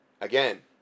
Again